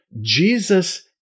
Jesus